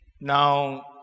now